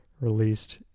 released